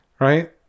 right